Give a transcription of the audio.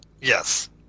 yes